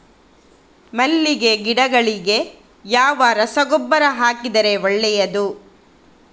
ಮಲ್ಲಿಗೆ ಗಿಡಗಳಿಗೆ ಯಾವ ರಸಗೊಬ್ಬರ ಹಾಕಿದರೆ ಒಳ್ಳೆಯದು?